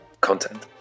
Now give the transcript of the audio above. content